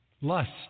Lust